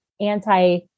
anti